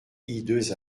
hideuses